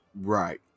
Right